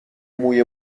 موی